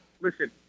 Listen